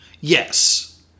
Yes